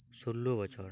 ᱥᱳᱞᱞᱳ ᱵᱚᱪᱷᱚᱨ